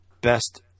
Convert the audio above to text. best